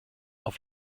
auf